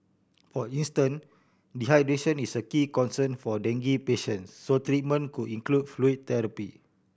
for instance dehydration is a key concern for dengue patient so treatment could include fluid therapy